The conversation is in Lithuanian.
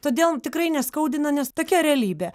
todėl tikrai neskaudina nes tokia realybė